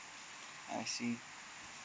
I see